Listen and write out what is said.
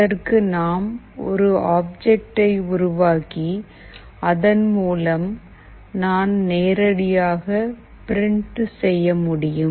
அதற்கு நாம் ஒரு ஆப்ஜெக்ட்டை உருவாக்கி அதன் மூலம் நான் நேரடியாக பிரிண்ட் செய்ய முடியும்